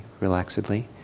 relaxedly